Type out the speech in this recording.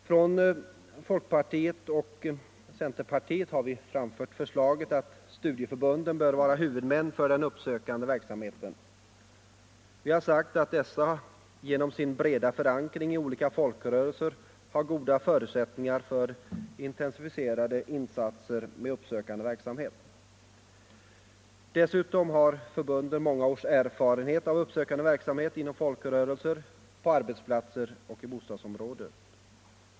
Från folkpartiet och centerpartiet har vi framfört förslaget att studieförbunden bör vara huvudmän för den uppsökande verksamheten. De har genom sin breda förankring i olika folkrörelser goda förutsättningar för intensifierade insatser med uppsökande verksamhet. Dessutom har förbunden många års erfarenhet av sådan verksamhet inom folkrörelser, på arbetsplatser och i bostadsområden.